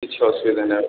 କିଛି ଅସୁବିଧା ନାଇଁଁ